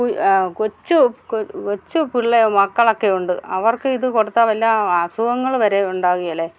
കൊച്ചു കൊച്ചുപിള്ളേ മക്കളൊക്കെ ഉണ്ട് അവർക്ക് ഇത് കൊടുത്താൽ വല്ല അസുഖങ്ങൾ വരെ ഉണ്ടാകെയേലേ